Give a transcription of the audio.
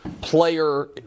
player